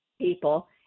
people